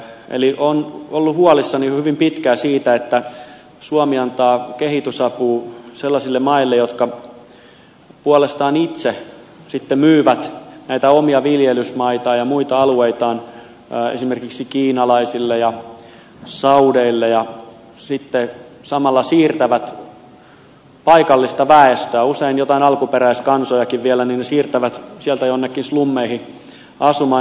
eli olen ollut huolissani jo hyvin pitkään siitä että suomi antaa kehitysapua sellaisille maille jotka puolestaan itse sitten myyvät näitä omia viljelysmaitaan ja muita alueitaan esimerkiksi kiinalaisille ja saudeille ja sitten samalla siirtävät paikallista väestöä usein joitain alkuperäiskansojakin vielä sieltä jonnekin slummeihin asumaan